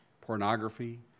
pornography